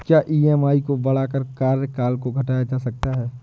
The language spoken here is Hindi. क्या ई.एम.आई को बढ़ाकर कार्यकाल को घटाया जा सकता है?